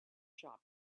shop